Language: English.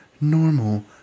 normal